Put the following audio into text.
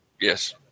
Yes